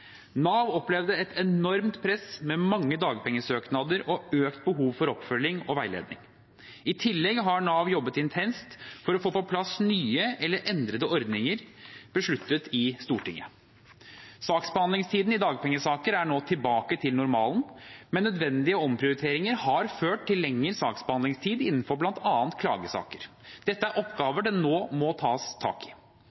Nav opplevde et enormt press, med mange dagpengesøknader og økt behov for oppfølging og veiledning. I tillegg har Nav jobbet intenst for å få på plass nye eller endrede ordninger besluttet i Stortinget. Saksbehandlingstiden i dagpengesaker er nå tilbake til normalen, men nødvendige omprioriteringer har ført til lengre saksbehandlingstid innenfor bl.a. klagesaker. Dette er